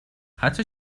حتی